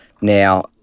now